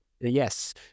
yes